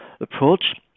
approach